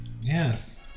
Yes